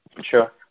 Sure